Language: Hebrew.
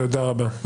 תודה רבה.